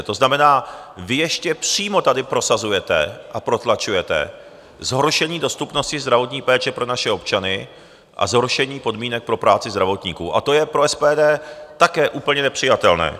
To znamená, vy ještě přímo tady prosazujete a protlačujete zhoršení dostupnosti zdravotní péče pro naše občany a zhoršení podmínek pro práci zdravotníků a to je pro SPD také úplně nepřijatelné.